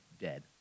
dead